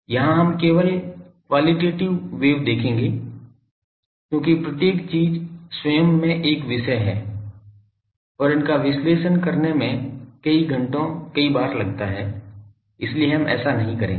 यहां हम केवल क्वालिटेटिव वेव देखेंगे क्योंकि प्रत्येक चीज स्वयं में एक विषय है और इनका विश्लेषण करने में कई घंटों कई बार लगता है इसलिए हम ऐसा नहीं करेंगे